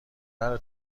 نره